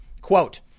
quote